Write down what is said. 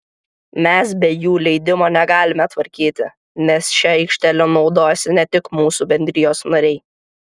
mes be jų leidimo negalime tvarkyti nes šia aikštele naudojasi ne tik mūsų bendrijos nariai